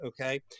okay